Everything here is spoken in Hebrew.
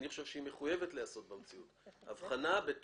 אני חושב שהיא מחויבת להיעשות במציאות.